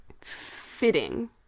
fitting